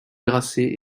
grasset